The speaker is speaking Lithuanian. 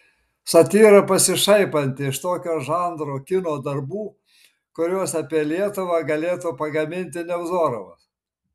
satyra pasišaipanti iš tokio žanro kino darbų kuriuos apie lietuvą galėtų pagaminti nevzorovas